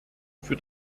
für